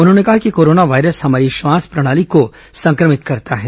उन्होंने कहा कि कोरोना वायरस हमारी श्वास प्रणाली को संक्रमित करता है